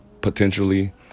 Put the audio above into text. potentially